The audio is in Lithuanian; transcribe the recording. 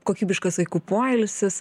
kokybiškas vaikų poilsis